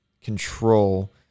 control